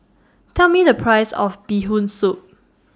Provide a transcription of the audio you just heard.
Tell Me The Price of Bee Hoon Soup